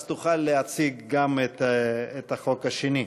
אז תוכל להציג גם את החוק השני.